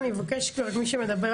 שלושה בדואים,